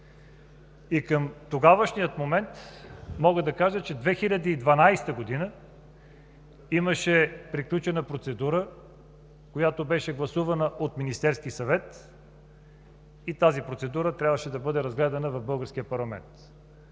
към тогавашния момент. Мога да кажа, че в 2012 г. имаше приключена процедура, която беше гласувана от Министерския съвет и тази процедура трябваше да бъде разгледана в българския парламент.